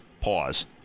pause